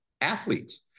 athletes